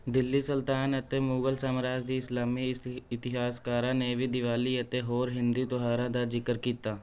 ਦਿੱਲੀ ਸੁਲਤਾਨ ਅਤੇ ਮੁਗਲ ਸਾਮਰਾਜ ਦੇ ਇਸਲਾਮੀ ਇਸ ਇਤਿਹਾਸਕਾਰਾਂ ਨੇ ਵੀ ਦੀਵਾਲੀ ਅਤੇ ਹੋਰ ਹਿੰਦੀ ਤਿਉਹਾਰਾਂ ਦਾ ਜ਼ਿਕਰ ਕੀਤਾ